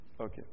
Okay